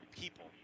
people